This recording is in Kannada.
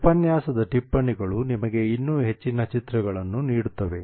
ಉಪನ್ಯಾಸದ ಟಿಪ್ಪಣಿಗಳು ನಿಮಗೆ ಇನ್ನೂ ಹೆಚ್ಚಿನ ಚಿತ್ರಗಳನ್ನು ನೀಡುತ್ತವೆ